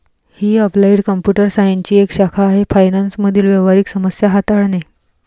ही applied computer सायन्सची एक शाखा आहे फायनान्स मधील व्यावहारिक समस्या हाताळते